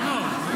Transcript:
מעל 35 שנה.